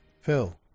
Phil